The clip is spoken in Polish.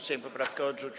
Sejm poprawkę odrzucił.